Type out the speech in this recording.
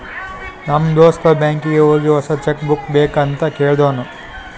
ನಮ್ ದೋಸ್ತ ಬ್ಯಾಂಕೀಗಿ ಹೋಗಿ ಹೊಸಾ ಚೆಕ್ ಬುಕ್ ಬೇಕ್ ಅಂತ್ ಕೇಳ್ದೂನು